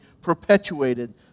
perpetuated